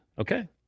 Okay